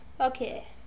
Okay